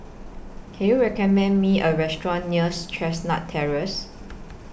Can YOU recommend Me A Restaurant nears Chestnut Terrace